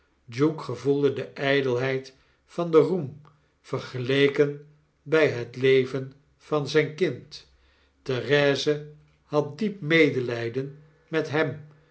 duke fevoelde de pelheid van den roem vergeleken ij het leven van zijn kind therese had diep medelijden met hem